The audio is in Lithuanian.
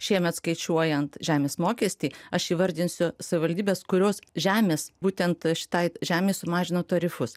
šiemet skaičiuojant žemės mokestį aš įvardinsiu savivaldybes kurios žemės būtent šitai žemei sumažino tarifus